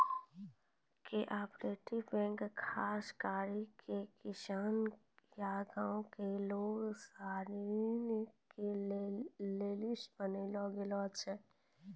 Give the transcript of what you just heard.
cooperative bank खास करी के किसान या गांव के लोग सनी के लेली बनैलो गेलो छै